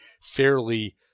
fairly